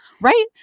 right